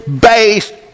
based